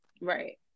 Right